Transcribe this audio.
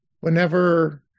whenever